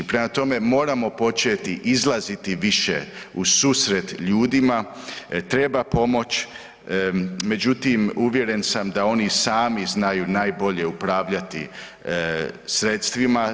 Prema tome moramo početi izlaziti više u susret ljudima, treba pomoći, međutim uvjeren sam da oni sami znaju najbolje upravljati sredstvima.